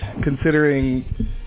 considering